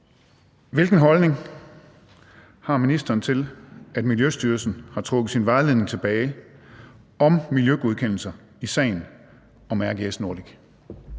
Hvilken holdning har ministeren til, at Miljøstyrelsen har trukket sin vejledning tilbage om miljøgodkendelser i sagen om RGS Nordic?